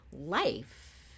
life